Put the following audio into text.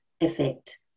effect